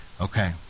okay